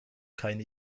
keine